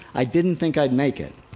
i didn't think i'd make it.